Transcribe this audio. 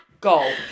Go